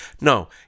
no